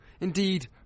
Indeed